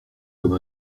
comme